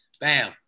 Bam